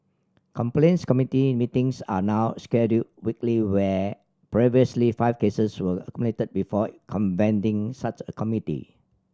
complaints committee meetings are now scheduled weekly where previously five cases were accumulated before convening such a committee